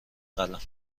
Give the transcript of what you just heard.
قلم